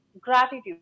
gratitude